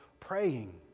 praying